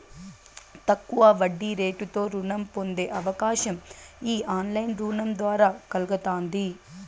తక్కువ వడ్డీరేటుతో రుణం పొందే అవకాశం ఈ ఆన్లైన్ రుణం ద్వారా కల్గతాంది